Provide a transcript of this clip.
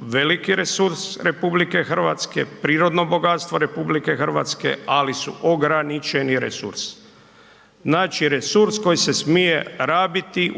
veliki resurs RH, prirodno bogatstvo RH ali su ograničeni resurs. Znači resurs koji se smije rabiti